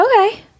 Okay